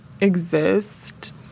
exist